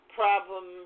problem